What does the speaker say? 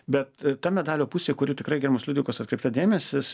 bet ta medalio pusė kuri tikrai gerbiamos liudvikos atkreipta dėmesis